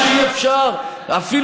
הרי ברור שאי-אפשר, אתה לא מתבייש?